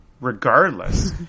regardless